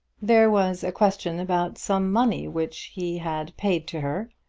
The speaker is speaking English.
there was a question about some money which he had paid to her,